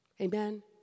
Amen